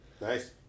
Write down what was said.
nice